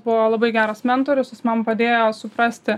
buvo labai geras mentorius jis man padėjo suprasti